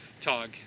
tog